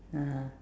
(uh huh)